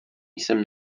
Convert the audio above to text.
jsem